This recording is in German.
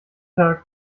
tag